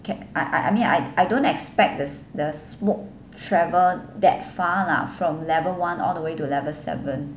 can I I I mean I I don't expect the the smoke travel that far lah from level one all the way to level seven